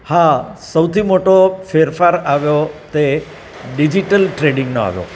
હા સૌથી મોટો ફેરફાર આવ્યો તે ડિજિટલ ટ્રેડિંગનો આવ્યો